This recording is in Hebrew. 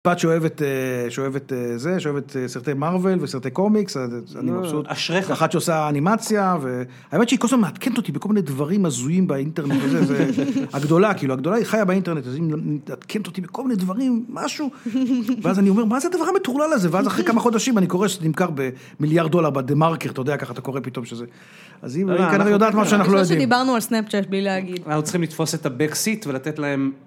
יש לי בת שאוהבת סרטי מרוויל וסרטי קומיקס, אחת שעושה אנימציה, האמת שהיא כל הזמן מעדכנת אותי בכל מיני דברים הזויים באינטרנט, הגדולה היא חיה באינטרנט, אז היא מעדכנת אותי בכל מיני דברים, משהו, ואז אני אומר מה זה הדבר המטורלל הזה, ואז אחרי כמה חודשים אני קורא שזה נמכר במיליארד דולר בדה מרקר, אתה יודע, ככה אתה קורא פתאום שזה, אז היא כנראה יודעת מה שאנחנו לא יודעים. אנחנו צריכים לתפוס את הבקסיט ולתת להם...